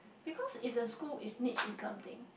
because if the school is niche in something